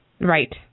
Right